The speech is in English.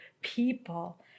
people